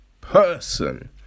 person